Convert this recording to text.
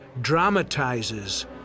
dramatizes